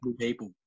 people